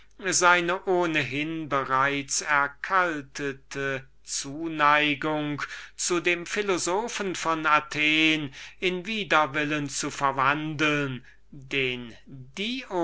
seine ohnehin bereits erkältete zuneigung zu dem philosophen von athen in widerwillen zu verwandeln den dion